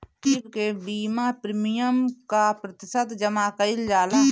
खरीफ के बीमा प्रमिएम क प्रतिशत जमा कयील जाला?